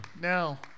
Now